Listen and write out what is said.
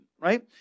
right